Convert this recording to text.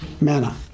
manna